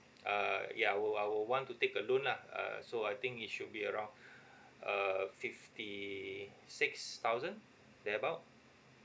err ya I'll I'll want to take a loan lah err so I think it should be around err fifty six thousand thereabout